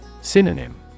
Synonym